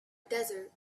desert